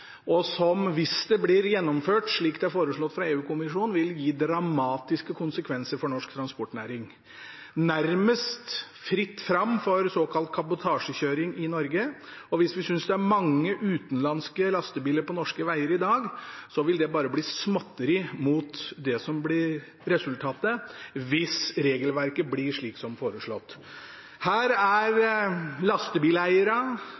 som, hvis det blir gjennomført slik det er foreslått fra EU-kommisjonen, vil ha dramatiske konsekvenser for norsk transportnæring, nærmest fritt fram for såkalt kabotasjekjøring i Norge. Hvis vi synes det er mange utenlandske lastebiler på norske veier i dag, er det bare småtteri mot det som blir resultatet hvis regelverket blir slik som foreslått. Her er